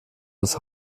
das